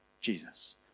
Jesus